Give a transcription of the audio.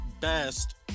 best